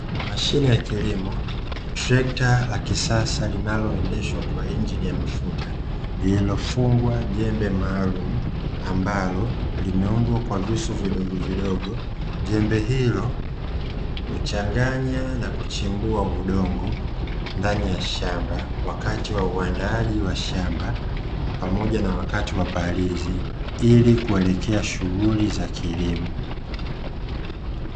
Mashine ya kilimo "trekta" la kisasa linaloendeshwa kwa injini ya mafuta, lililofungwa jembe maalumu ambalo limeundwa na visu vidogovidogo, jembe hilo huchanganya na kuchimbua udongo ndani ya shamba wakati wa uandaaji wa shamba pamoja na wakati wa palizi ili kuelekea shughuli za kilimo.